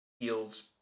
feels